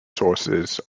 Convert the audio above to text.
sources